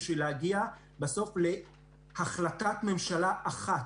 כדי להגיע בסוף להחלטת ממשלה אחת.